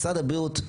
משרד הבריאות,